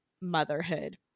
motherhood